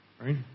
right